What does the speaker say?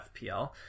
FPL